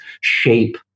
shape